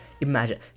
Imagine